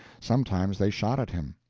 sometimes they shot at him,